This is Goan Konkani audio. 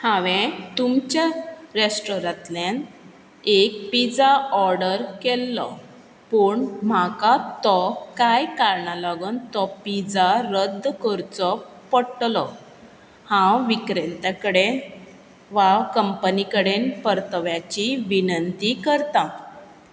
हांवें तुमच्या रेस्टोरांतल्यान एक पिझ्झा ऑर्डर केल्लो पूण म्हाका तो कांय कारणांक लागून तो पिझ्झा रद्द करचो पोडटोलो हांव विक्रेत्या कडेन वा कंपनी कडेन परतव्याची विनंती करता